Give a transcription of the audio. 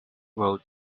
road